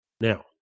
Now